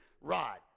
Rod